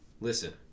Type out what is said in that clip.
listen